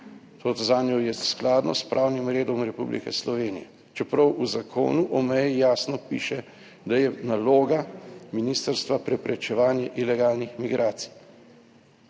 To zanjo je skladno s pravnim redom Republike Slovenije, čeprav v Zakonu o meji jasno piše, da je naloga ministrstva preprečevanje ilegalnih migracij.